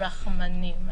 כרחמנים.